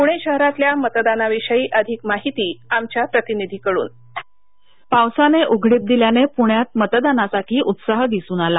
प्रणे शहरातल्या मतदाना विषयी अधिक माहिती आमच्या प्रतिनिधीकडून पावसानं उघडीप दिल्यानं पूण्यात मतदानासाठी उत्साह दिसून आला